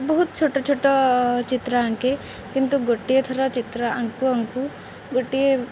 ବହୁତ ଛୋଟ ଛୋଟ ଚିତ୍ର ଆଙ୍କେ କିନ୍ତୁ ଗୋଟିଏ ଥର ଚିତ୍ର ଆଙ୍କୁ ଆଙ୍କୁ ଗୋଟିଏ